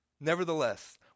nevertheless